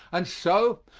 and so,